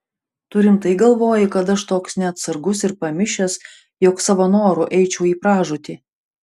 tu rimtai galvoji kad aš toks neatsargus ir pamišęs jog savo noru eičiau į pražūtį